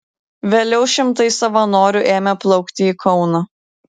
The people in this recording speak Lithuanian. vėliau šimtai savanorių ėmė plaukti į kauną